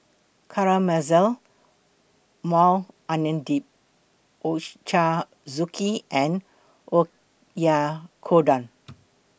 Caramelized Maui Onion Dip Ochazuke and Oyakodon